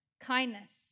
kindness